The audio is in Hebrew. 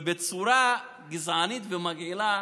ובצורה גזענית ומגעילה.